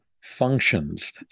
functions